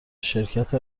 شرکت